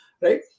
right